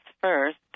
first